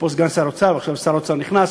יושב פה סגן שר האוצר ועכשיו שר האוצר נכנס,